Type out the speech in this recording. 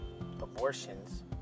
abortions